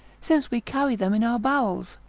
since we carry them in our bowels,